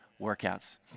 workouts